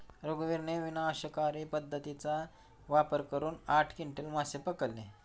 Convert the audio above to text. रघुवीरने विनाशकारी पद्धतीचा वापर करून आठ क्विंटल मासे पकडले